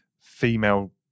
female